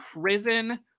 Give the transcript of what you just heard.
prison